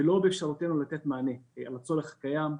ואין באפשרותנו לתת מענה על הצורך הקיים,